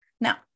Now